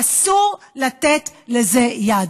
ואסור לתת לזה יד.